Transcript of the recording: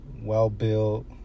well-built